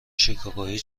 شیکاگویی